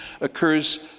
occurs